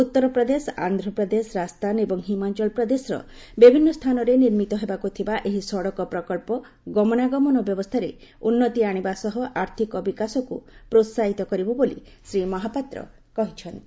ଉତ୍ତରପ୍ରଦେଶ ଆନ୍ଧ୍ରପ୍ରଦେଶ ରାଜସ୍ଥାନ ଏବଂ ହିମାଚଳ ପ୍ରଦେଶର ବିଭିନ୍ନ ସ୍ଥାନରେ ନିର୍ମିତ ହେବାକୁ ଥିବା ଏହି ସଡ଼କ ପ୍ରକଳ୍ପ ଗମନାଗମନ ବ୍ୟବସ୍ଥାରେ ଉନ୍ତି ଆଶିବା ସହ ଆର୍ଥିକ ବିକାଶକ୍ ପ୍ରୋସାହିତ କରିବ ବୋଲି ଶ୍ରୀ ମହାପାତ୍ କହିଛନ୍ତି